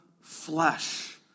flesh